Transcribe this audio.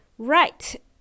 right